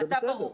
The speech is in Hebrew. זה בסדר.